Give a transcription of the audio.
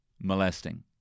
molesting